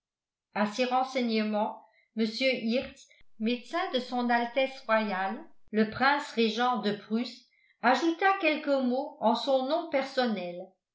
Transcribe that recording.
à ces renseignements mr hirtz médecin de s a r le prince régent de prusse ajouta quelques mots en son nom personnel